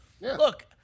look